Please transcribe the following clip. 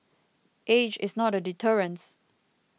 age is not a deterrence